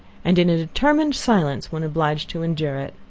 and in a determined silence when obliged to endure it.